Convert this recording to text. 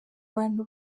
abantu